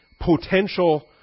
potential